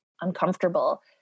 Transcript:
uncomfortable